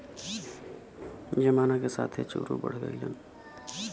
जमाना के साथे चोरो बढ़ गइलन